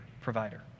provider